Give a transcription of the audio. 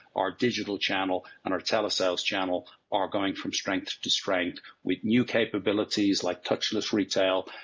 our digital channel and our telesales channel are going from strength to strength with new capabilities like touchless retail,